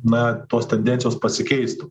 na tos tendencijos pasikeistų